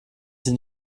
sie